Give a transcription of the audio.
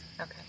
Okay